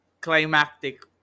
climactic